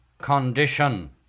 condition